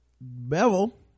Bevel